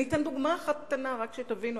אני אתן דוגמה אחת קטנה, רק שתבינו.